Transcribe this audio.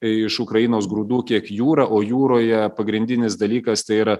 iš ukrainos grūdų kiek jūra o jūroje pagrindinis dalykas tai yra